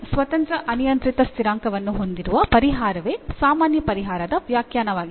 n ಸ್ವತಂತ್ರ ಅನಿಯಂತ್ರಿತ ಸ್ಥಿರಾಂಕವನ್ನು ಹೊಂದಿರುವ ಪರಿಹಾರವೇ ಸಾಮಾನ್ಯ ಪರಿಹಾರದ ವ್ಯಾಖ್ಯಾನವಾಗಿದೆ